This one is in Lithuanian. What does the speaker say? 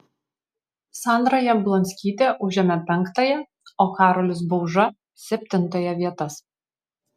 sandra jablonskytė užėmė penktąją o karolis bauža septintąją vietas